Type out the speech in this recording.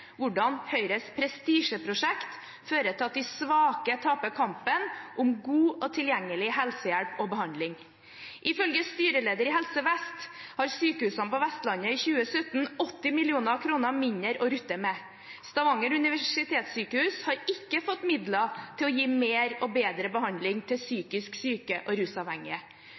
hvordan Høyres prestisjeprosjekt fører til at de svake taper kampen om god og tilgjengelig helsehjelp og behandling. Ifølge styreleder i Helse Vest har sykehusene på Vestlandet i 2017 80 mill. kr mindre å rutte med. Stavanger universitetssjukehus har ikke fått midler til å gi mer og bedre behandling til psykisk syke og rusavhengige.